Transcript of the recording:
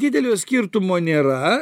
didelio skirtumo nėra